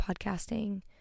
podcasting